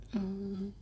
err